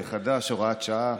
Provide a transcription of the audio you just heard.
הוראת שעה),